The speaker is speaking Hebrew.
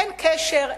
אין קשר,